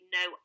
no